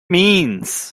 means